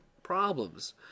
problems